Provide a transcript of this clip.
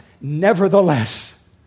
nevertheless